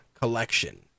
collection